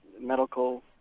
medical